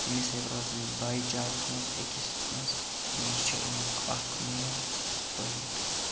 تَمے سۭتۍ روزَن بایی چارَس منٛز أکِس منٛز یہِ چھُ اَمیُک اَکھ مین پوٚیِنٛٹ